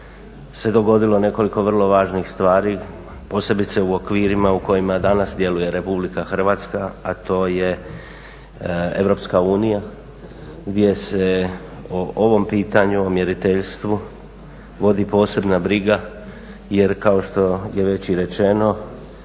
se dogodilo nekoliko vrlo važnih stvari posebice u okvirima u kojima danas djeluje Republika Hrvatska a to je Europska unija gdje se o ovom pitanju, o mjeriteljstvu vodi posebna briga. Jer kao što je već i rečeno